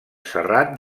serrat